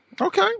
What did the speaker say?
Okay